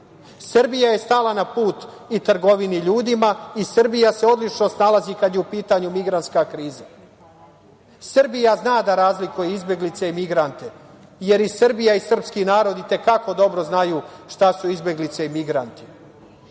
Srbija je stala na put i trgovini ljudima i Srbija se odlično snalazi kada je u pitanju migrantska kriza. Srbija zna da razlikuje izbeglice i migrante, jer i Srbija i srpski narod i te kako dobro znaju šta su izbeglice i migranti.